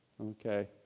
Okay